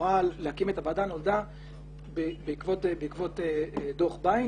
ההוראה להקים את הוועדה, בעקבות דוח ביין